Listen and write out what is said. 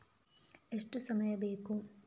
ಎಷ್ಟು ಸಮಯ ಬೇಕು?